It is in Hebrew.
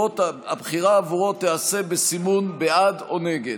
הבחירה עבורו תיעשה בסימון בעד או נגד.